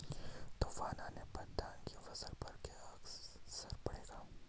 तूफान आने पर धान की फसलों पर क्या असर पड़ेगा?